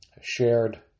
shared